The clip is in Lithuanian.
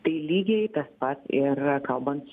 tai lygiai tas pats ir kalbant